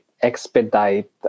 expedite